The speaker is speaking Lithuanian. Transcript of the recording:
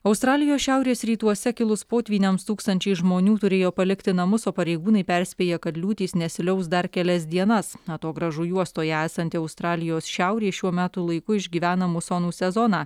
australijos šiaurės rytuose kilus potvyniams tūkstančiai žmonių turėjo palikti namus o pareigūnai perspėja kad liūtys nesiliaus dar kelias dienas atogrąžų juostoje esanti australijos šiaurė šiuo metų laiku išgyvena musonų sezoną